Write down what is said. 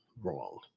wrong